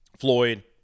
Floyd